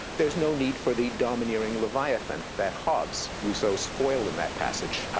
there is no need for the domineering leviathan, that hobbes, rousseau's foil in that passage,